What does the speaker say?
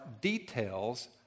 details